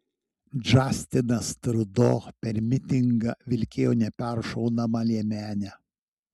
džastinas trudo per mitingą vilkėjo neperšaunamą liemenę